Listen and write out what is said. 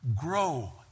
grow